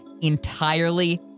entirely